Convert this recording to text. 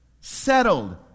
settled